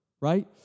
right